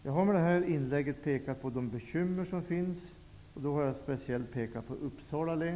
Jag har i detta inlägg pekat på de bekymmer som finns, och jag har pekat speciellt på Uppsala län.